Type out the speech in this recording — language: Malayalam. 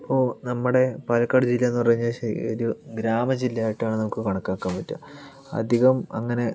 ഓ നമ്മുടെപാലക്കാട് ജില്ലയെന്ന് പറഞ്ഞു കഴിഞ്ഞാൽ ഏകദേശം ഒരു ഗ്രാമ ജില്ലാ ആയിട്ടാണ് നമുക്ക് കണക്കാക്കാൻ പറ്റുക അധികം അങ്ങനെ